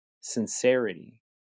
Sincerity